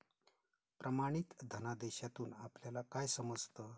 प्रमाणित धनादेशातून आपल्याला काय समजतं?